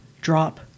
drop